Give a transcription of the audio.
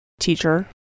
teacher